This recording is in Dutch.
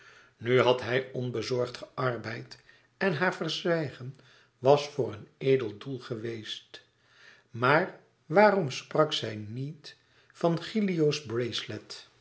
nu had hij onbezorgd gearbeid en haar verzwijgen was voor edel doel geweest maar waarom sprak zij niet van gilio's